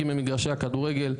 מגרשי הכדורגל,